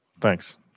Thanks